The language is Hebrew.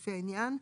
לפי העניין,